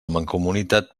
mancomunitat